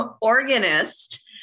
organist